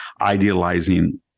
idealizing